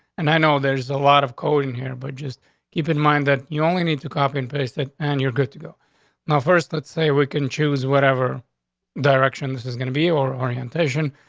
and i know there's a lot of code in here, but just keep in mind that you only need to coffee and face that and you're good to go now. first, let's say we can choose whatever directions is gonna be over orientation.